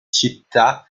città